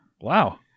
Wow